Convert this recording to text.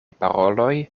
paroloj